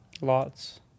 lots